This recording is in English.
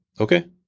Okay